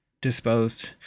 disposed